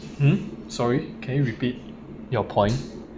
mm sorry can you repeat your point